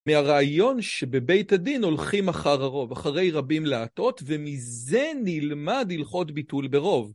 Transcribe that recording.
מהרעיון שבבית הדין הולכים אחר הרוב, אחרי רבים להטות, ומזה נלמד הלכות ביטול ברוב.